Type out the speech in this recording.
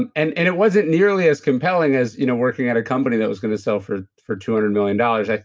and and and it wasn't nearly as compelling as you know working at a company that was going to sell for for two hundred million dollars. like